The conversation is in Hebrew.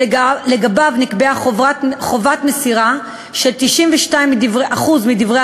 שלגביו נקבעה חובת מסירה של 92% מדברי